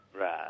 Right